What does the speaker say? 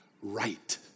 right